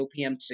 OPMC